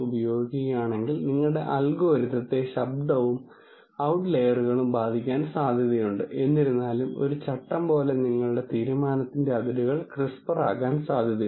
ഈ ടെക്നിക്കുകളുടെ അടിസ്ഥാനത്തിൽ ഞാൻ നിങ്ങൾക്ക് അൽപ്പം വ്യത്യസ്തമായ വീക്ഷണം നൽകി മൾട്ടിപ്പിൾ ഡയമെൻഷനിൽ ഡാറ്റ കാണാനും ദൃശ്യവൽക്കരിക്കാനും സ്വഭാവീകരിക്കാനും വിശദീകരിക്കാനും അനുവദിക്കുന്നു